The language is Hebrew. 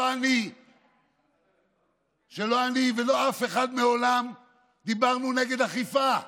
לא אני ולא אף אחד מעולם דיברנו נגד אכיפה.